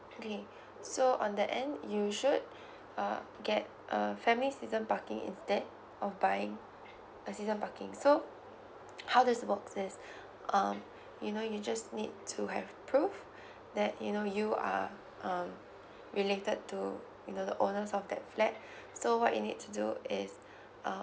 okay so on the end you should uh get uh family season parking instead of buying a season parking so how this works is um you know you just need to have proof that you know you are um related to you know the owners of that flat so what you need to do is uh